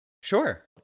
sure